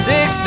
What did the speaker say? Six